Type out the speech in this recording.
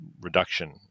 reduction